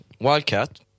Wildcat